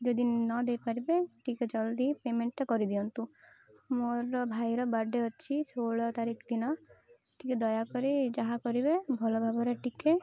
ଯଦି ନ ଦେଇପାରିବେ ଟିକେ ଜଲ୍ଦି ପେମେଣ୍ଟଟା କରିଦିଅନ୍ତୁ ମୋର ଭାଇର ବର୍ଥଡ଼େ ଅଛି ଷୋହଳ ତାରିଖ ଦିନ ଟିକେ ଦୟାକରି ଯାହା କରିବେ ଭଲ ଭାବରେ ଟିକେ